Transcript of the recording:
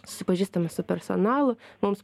susipažįstame su personalu mums